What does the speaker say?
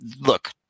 Look